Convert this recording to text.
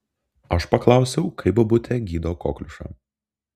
aš paklausiau kaip bobutė gydo kokliušą